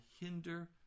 hinder